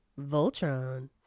Voltron